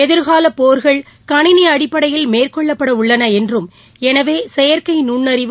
எதிர்காலப் போர்கள் கணினி அடிப்பனடயில் மேற்கொள்ளப்படவுள்ளன என்றும் எனவே செயற்கை நுண்ணறிவு